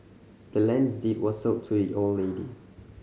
the land's deed was sold to the old lady